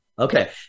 Okay